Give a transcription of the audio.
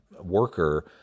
worker